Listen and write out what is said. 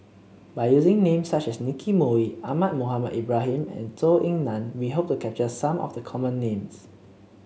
by using names such as Nicky Moey Ahmad Mohamed Ibrahim and Zhou Ying Nan we hope to capture some of the common names